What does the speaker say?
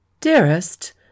Dearest